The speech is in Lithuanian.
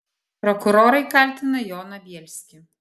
prokurorai kaltina joną bielskį